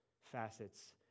facets